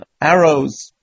arrows